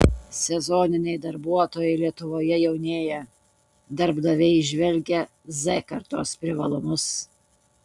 sezoniniai darbuotojai lietuvoje jaunėja darbdaviai įžvelgia z kartos privalumus